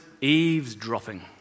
eavesdropping